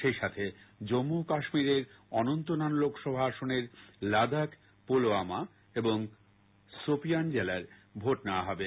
সেইসাথে জম্মু ও কাশ্মীরের অনন্তনাগ লোকসভা আসনের লাদাঘ পুলওয়ামা এবং সোপিয়ান জেলায় ভোট নেয়া হবে